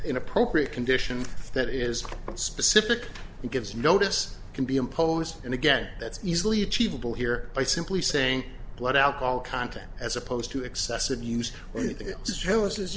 in appropriate conditions that is specific and gives notice can be imposed and again that's easily achievable here by simply saying blood alcohol content as opposed to excessive use or anything just